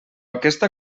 aquesta